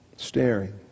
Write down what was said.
staring